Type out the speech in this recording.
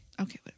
Okay